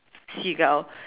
seagull